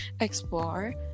explore